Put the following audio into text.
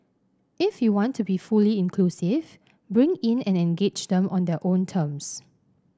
if you want to be fully inclusive bring in and engage them on their own terms